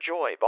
Joy